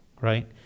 right